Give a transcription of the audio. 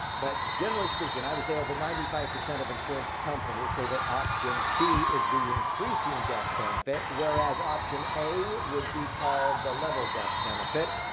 but generally speaking, i would say over ninety five percent of insurance companies say that option b is the increasing death benefit whereas option a would be called the level death benefit.